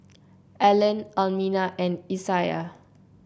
Allen Almina and Isiah